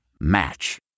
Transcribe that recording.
Match